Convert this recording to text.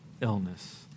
illness